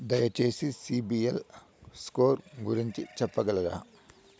దయచేసి CIBIL score గురించి చెప్పగలరా?